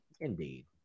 Indeed